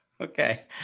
Okay